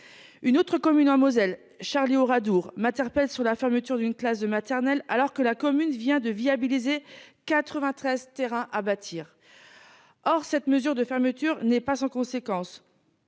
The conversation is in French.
Une autre commune en Moselle Charlie Oradour matière pèse sur la fermeture d'une classe de maternelle, alors que la commune vient de viabiliser 93 terrains à bâtir. Or cette mesure de fermeture n'est pas sans conséquences.